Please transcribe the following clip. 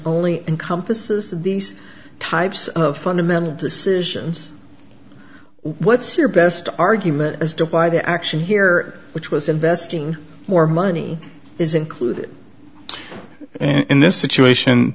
only encompasses these types of fundamental decisions what's your best argument as to why the action here which was investing more money is included in this situation